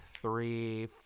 three